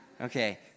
Okay